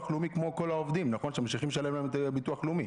לאומי כמו כל העובדים שממשיכים לשלם ביטוח לאומי.